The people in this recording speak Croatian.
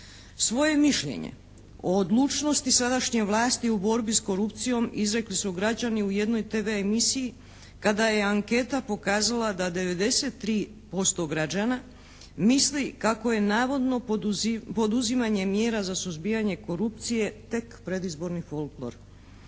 Svoje mišljenje o odlučnosti sadašnje vlasti u borbi s korupcijom izrekli su građani u jednoj TV emisiji kada je anketa pokazala da 93% građana misli kako je navodno poduzimanje mjera za suzbijanje korupcije tek predizborni folklor.